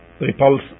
repulse